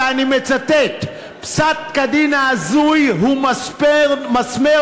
ואני מצטט: פסק-הדין ההזוי הוא מסמר